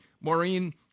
Maureen